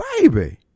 Baby